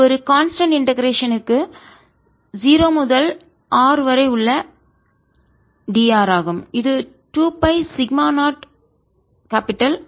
இது ஒரு constant integration க்கு நிலையான ஒருங்கிணைப்பு 0 முதல் r வரை உள்ள dr ஆகும் இது 2 pi சிக்மா 0R